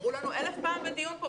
אמרו לנו בדיון פה,